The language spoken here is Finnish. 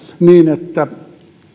niin että